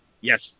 Yes